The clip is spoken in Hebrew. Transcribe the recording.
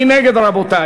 מי נגד?